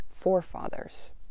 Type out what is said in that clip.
forefathers